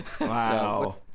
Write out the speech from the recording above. Wow